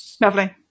Lovely